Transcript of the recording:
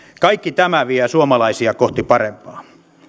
kaikki tämä vie suomalaisia kohti parempaa